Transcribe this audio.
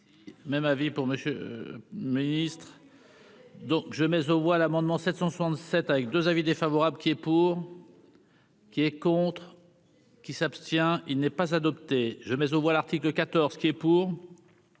Même avis pour Monsieur le Ministre. Donc je mais aux voix l'amendement 767 avec 2 avis défavorable qui est pour. Qui est contre. Qui s'abstient, il n'est pas adopté, je mets aux voix, l'article 14 qui est, pour